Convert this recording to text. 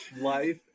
life